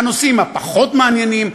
לנושאים הפחות-מעניינים,